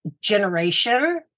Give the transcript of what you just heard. generation